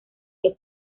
que